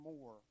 more